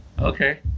Okay